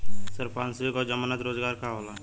संपार्श्विक और जमानत रोजगार का होला?